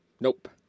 nope